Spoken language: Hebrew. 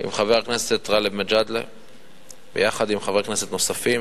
עם חבר הכנסת גאלב מג'אדלה ועם חברי כנסת נוספים